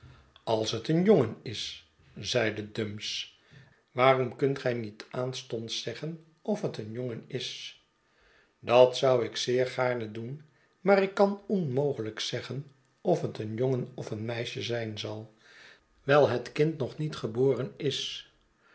als het een jongen is zeide dumps waarom kunt gij niet aanstonds zeggen of het een jongen is dat zou ik zeer gaarne doen maar ik kan onmogelijk zeggen of het een jongen of een meisje zijn zal wijl het kind nog niet geboren is